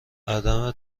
عدم